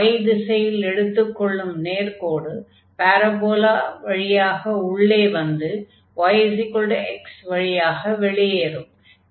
y திசையில் எடுத்துக் கொள்ளும் நேர்க்கோடு பாரபோலா வழியாக உள்ளே வந்து y x வழியாக வெளியேறும்